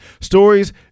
Stories